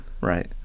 right